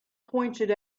pointed